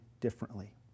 differently